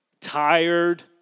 tired